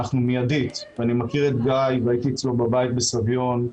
אני מכיר את גיא, והייתי אצלו בבית בסביון.